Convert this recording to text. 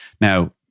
Now